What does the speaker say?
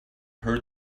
heard